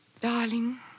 Darling